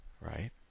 right